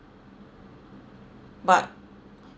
but